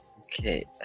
Okay